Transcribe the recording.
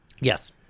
Yes